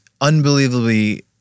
unbelievably-